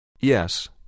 Yes